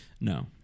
no